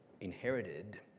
inherited